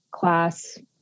class